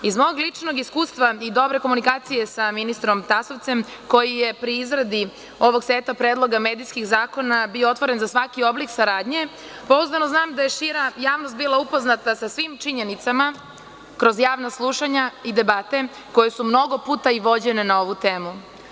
Iz mog ličnog iskustva i dobre komunikacije sa ministrom Tasovcem, koji je pri izradi ovog seta medijskih zakona bio otvoren za svaki oblik saradnje, pouzdano znam da je šira javnost bila upoznata sa svim činjenicama kroz javna slušanja i debate koje su mnogo puta vođene na ovu temu.